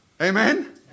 Amen